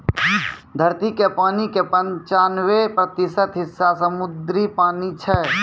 धरती के पानी के पंचानवे प्रतिशत हिस्सा समुद्री पानी छै